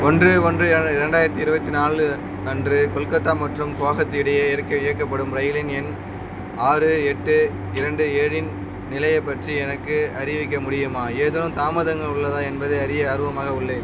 ஒன்று ஒன்று இர இரண்டாயிரத்தி இருபத்தி நாலு அன்று கொல்கத்தா மற்றும் குவஹாத்தி இடையே இயக்க இயக்கப்படும் ரயிலின் எண் ஆறு எட்டு இரண்டு ஏழின் நிலையைப் பற்றி எனக்கு அறிவிக்க முடியுமா ஏதேனும் தாமதங்கள் உள்ளதா என்பதை அறிய ஆர்வமாக உள்ளேன்